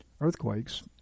earthquakes